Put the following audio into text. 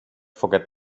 forget